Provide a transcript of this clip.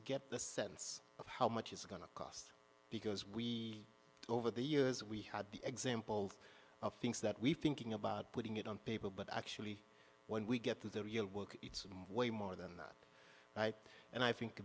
get the sense of how much it's going to cost because we over the years we had examples of things that we've thinking about putting it on paper but actually when we get to the real work way more than that right and i think